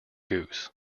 goose